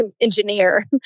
engineer